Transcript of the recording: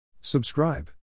Subscribe